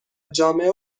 جامعه